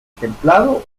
templado